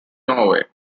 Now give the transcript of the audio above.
norway